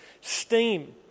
steam